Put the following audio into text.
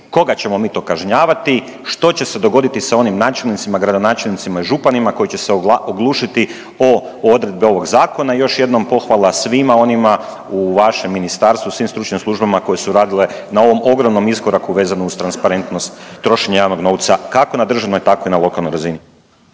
koga ćemo mi to kažnjavati, što će se dogoditi sa onim načelnicima, gradonačelnicima i županima koji će se oglušiti o odredbe ovog zakona? I još jednom pohvala svima onima u vašem ministarstvu, svim stručnim službama koje su radile na ovom ogromnom iskoraku vezano uz transparentnost trošenja javnog novca kako na državnoj tako i na lokalnoj razini.